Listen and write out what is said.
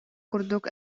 курдук